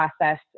process